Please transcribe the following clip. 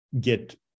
get